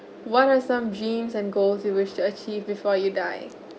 what are some genes and goals you wish to achieve before you die